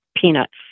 peanuts